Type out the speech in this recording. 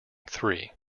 three